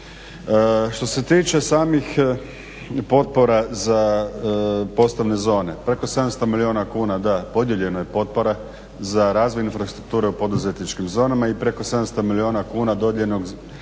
Što se tiče samih potpora za poslovne zone, preko 700 milijuna kuna da, podijeljeno je potpora za razvojnu infrastrukturu u poduzetničkim zonama i preko 700 milijuna kuna vrijednosti